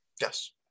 Yes